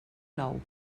nou